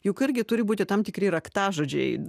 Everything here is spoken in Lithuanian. juk irgi turi būti tam tikri raktažodžiai